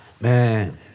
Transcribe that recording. Man